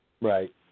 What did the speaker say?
Right